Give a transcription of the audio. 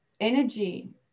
energy